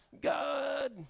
God